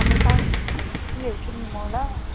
हाम्रो साथीहरूलाई पनि ल्याउँछु नि म ल